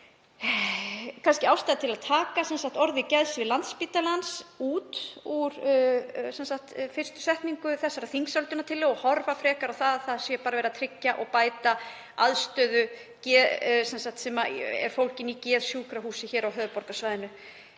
hvort kannski sé ástæða til að taka orðin „geðsvið Landspítalans“ út úr fyrstu setningu þessarar þingsályktunartillögu og horfa frekar á að bara sé verið að tryggja og bæta aðstöðu sem er fólgin í geðsjúkrahúsi hér á höfuðborgarsvæðinu.